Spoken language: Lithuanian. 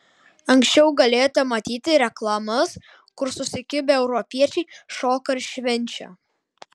anksčiau galėjote matyti reklamas kur susikibę europiečiai šoka ir švenčia